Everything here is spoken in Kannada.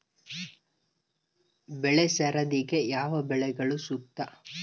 ಬೆಳೆ ಸರದಿಗೆ ಯಾವ ಬೆಳೆಗಳು ಸೂಕ್ತ?